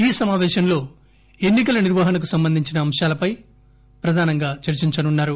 ఈ సమాపేశంలో ఎన్ని కల నిర్వహణకు సంబంధించిన అంశాలపై ప్రధానంగా చర్చించనున్నారు